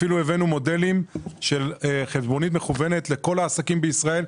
אפילו הבאנו מודלים של חשבונית מקוונת לכל העסקים בישראל,